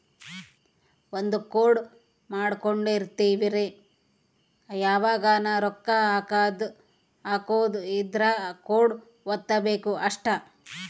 ಒಂದ ಕೋಡ್ ಮಾಡ್ಕೊಂಡಿರ್ತಿವಿ ಯಾವಗನ ರೊಕ್ಕ ಹಕೊದ್ ಇದ್ರ ಕೋಡ್ ವತ್ತಬೆಕ್ ಅಷ್ಟ